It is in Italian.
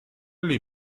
gli